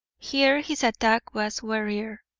here his attack was warier.